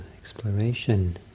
exploration